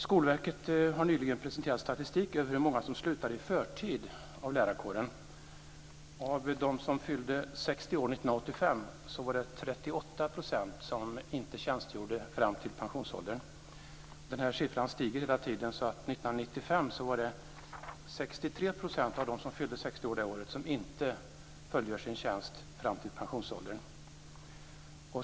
Skolverket har nyligen presenterat statistik över hur många som slutar i förtid av lärarkåren. Av dem som fyllde 60 år 1985 tjänstgjorde 38 % inte fram till pensionsåldern. Den här andelen stiger hela tiden, och av dem som fyllde 60 år 1995 är det 63 % som inte fullgör sin tjänst fram till pensionsåldern.